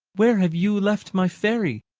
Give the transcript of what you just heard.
where have you left my fairy?